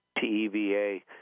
T-E-V-A